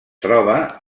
troba